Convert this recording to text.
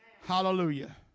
Hallelujah